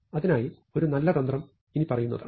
അതിനായി ഒരു നല്ല തന്ത്രം ഇനിപ്പറയുന്നവയാണ്